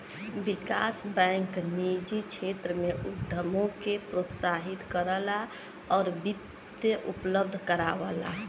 विकास bank निजी क्षेत्र में उद्यमों के प्रोत्साहित करला आउर वित्त उपलब्ध करावला